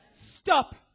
Stop